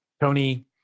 Tony